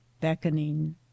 beckoning